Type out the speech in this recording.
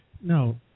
No